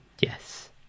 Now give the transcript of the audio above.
Yes